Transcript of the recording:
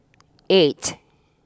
eight